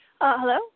hello